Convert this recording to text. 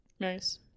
Nice